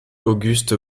auguste